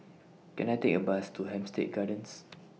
Can I Take A Bus to Hampstead Gardens